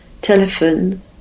telephone